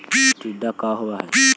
टीडा का होव हैं?